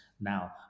now